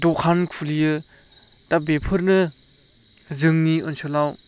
दखान खुलियो दा बेफोरनो जोंनि ओनसोलाव